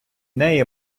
неї